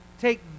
Take